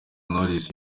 knowless